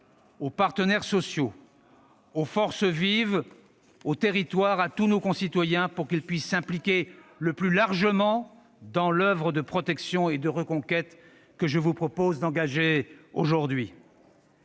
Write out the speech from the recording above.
aux partenaires sociaux, aux forces vives, aux territoires, à tous nos concitoyens, pour qu'ils puissent s'impliquer le plus largement possible dans l'oeuvre de protection et de reconquête que je vous propose d'engager aujourd'hui.